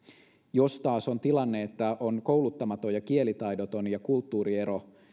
jos taas on tilanne että on kouluttamaton ja kielitaidoton ja kulttuuriero